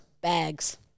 Bags